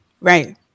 Right